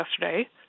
yesterday